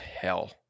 hell